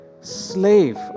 slave